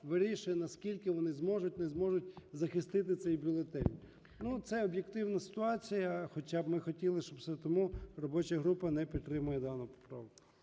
вирішує, наскільки вони зможуть, не зможуть захистити цей бюлетень. Ну, це об'єктивна ситуація, хоча б ми хотіли щоб... Тому робоча група не підтримує дану поправку.